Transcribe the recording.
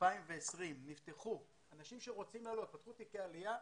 2020 נפתחו, אנשים שרצים לעלות פתחו תיקי עלייה,